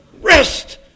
Rest